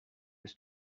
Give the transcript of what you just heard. his